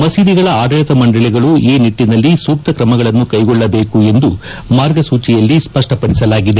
ಮಸೀದಿಗಳ ಆಡಳಿತ ಮಂಡಳಗಳು ಈ ನಿಟ್ಟನಲ್ಲಿ ಸೂಕ್ತ ತ್ರಮಗಳನ್ನು ಕೈಗೊಳ್ಳಬೇಕು ಎಂದು ಮಾರ್ಗಸೂಚಿಯಲ್ಲಿ ಸ್ಪಷ್ಟಪಡಿಸಲಾಗಿದೆ